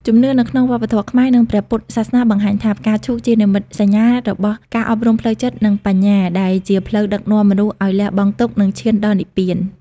ជំនឿនៅក្នុងវប្បធម៌ខ្មែរ និងព្រះពុទ្ធសាសនាបង្ហាញថា ផ្កាឈូកជានិមិត្តសញ្ញារបស់ការអប់រំផ្លូវចិត្ត និងបញ្ញា ដែលជាផ្លូវដឹកនាំមនុស្សឲ្យលះបង់ទុក្ខ និងឈានដល់និព្វាន។